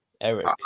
Eric